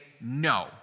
No